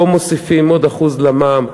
פה מוסיפים עוד 1% למע"מ,